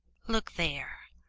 look there.